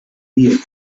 viena